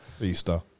Easter